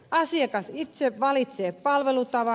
asiakas itse valitsee palvelutavan